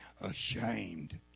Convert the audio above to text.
ashamed